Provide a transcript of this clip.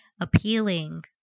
Appealing